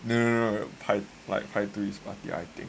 no no no 派对 like 派对 is party I think